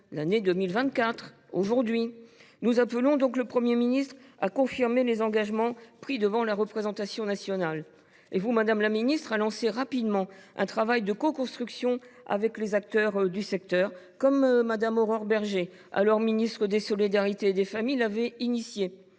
c’est à dire aujourd’hui ! Nous appelons donc le Premier ministre à confirmer les engagements pris devant la représentation nationale, et vous, madame la ministre, à lancer rapidement un travail de coconstruction avec les acteurs du secteur, que Mme Aurore Bergé, alors ministre des solidarités et des familles, avait évoqué.